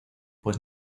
pues